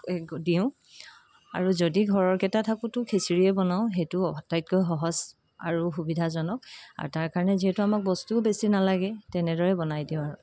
দিওঁ আৰু যদি ঘৰৰ কেইটা থাকোঁতো খিচিৰিয়ে বনাও সেইটো আটাইতকৈ সহজ আৰু সুবিধাজনক আৰু তাৰ কাৰণে যিহেতু আমাক বস্তুও বেছি নালাগে তেনেদৰেই বনাই দিওঁ আৰু